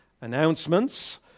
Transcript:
announcements